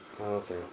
Okay